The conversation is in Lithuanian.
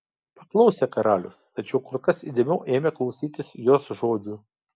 paklausė karalius tačiau kur kas įdėmiau ėmė klausytis jos žodžių